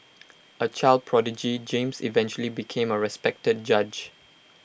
A child prodigy James eventually became A respected judge